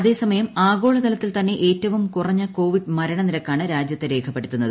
അതേസമയം ആഗോളതലത്തിൽത്തന്നെ ഏറ്റവും കുറഞ്ഞ കോവിഡ് മരണനിരക്കാണ് രാജ്യത്ത് രേഖപ്പെടുത്തുന്നത്